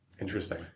Interesting